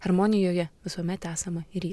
harmonijoje visuomet esama ir į